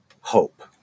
hope